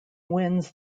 wins